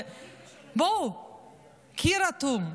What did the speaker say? קיר אטום.